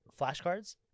flashcards